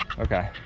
okay. oh,